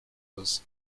was